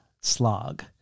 slog